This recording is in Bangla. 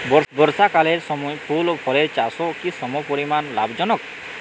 বর্ষাকালের সময় ফুল ও ফলের চাষও কি সমপরিমাণ লাভজনক?